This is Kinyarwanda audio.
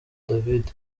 david